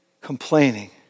complaining